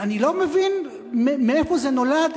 אני לא מבין מאיפה זה נולד,